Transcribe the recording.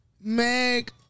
Meg